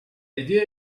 idea